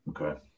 Okay